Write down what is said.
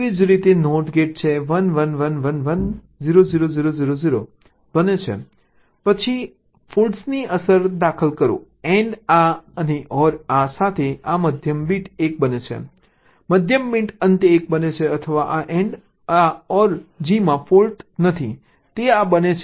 તેવી જ રીતે એક નોટ ગેટ છે 1 1 1 1 1 0 0 0 0 0 બને છે પછી ફોલ્ટની અસર દાખલ કરો AND આ અને OR આ સાથે આ મધ્યમ બીટ 1 બને છે મધ્યમ બીટ અંતે 1 બને છે અથવા આ AND આ OR g માં કોઈ ફોલ્ટ નથી તે આ બને છે